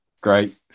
Great